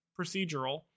procedural